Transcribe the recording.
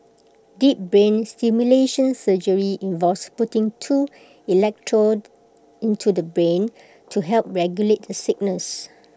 deep brain stimulation surgery involves putting two electrodes into the brain to help regulate the signals